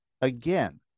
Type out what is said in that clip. again